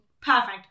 perfect